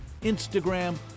instagram